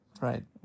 right